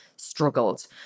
struggled